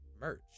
Merch